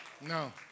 No